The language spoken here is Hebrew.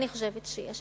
אני חושבת שיש.